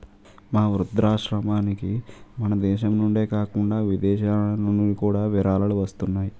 మా వృద్ధాశ్రమానికి మనదేశం నుండే కాకుండా విదేశాలనుండి కూడా విరాళాలు వస్తున్నాయి